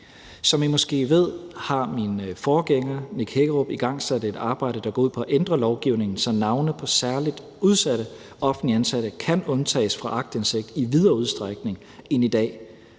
Som I måske ved, har min forgænger, Nick Hækkerup, igangsat et arbejde, der går ud på at ændre lovgivningen, så navne på særligt udsatte offentligt ansatte kan undtages fra aktindsigt i videre udstrækning end i dag.